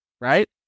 right